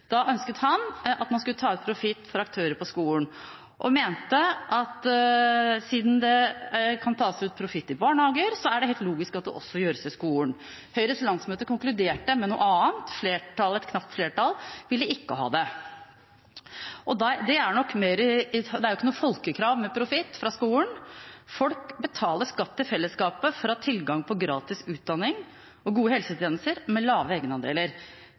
Da ønsket han at aktører innen skole skulle kunne ta ut profitt og mente at siden det kan tas ut profitt i barnehager, er det helt logisk at det også gjøres i skolen. Høyres landsmøte konkluderte med noe annet. Et knapt flertall ville ikke ha det. Det er ikke noe folkekrav med profitt fra skolen. Folk betaler skatt til fellesskapet for å ha tilgang på gratis utdanning og gode helsetjenester med lave egenandeler.